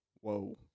Whoa